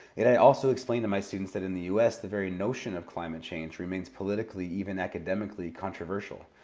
yet i also explain to my students that in the u s, the very notion of climate change remains politically, even academically, controversial.